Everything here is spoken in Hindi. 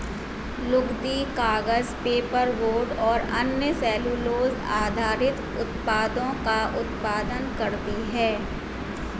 लुगदी, कागज, पेपरबोर्ड और अन्य सेलूलोज़ आधारित उत्पादों का उत्पादन करती हैं